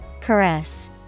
Caress